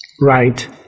Right